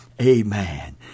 Amen